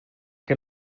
que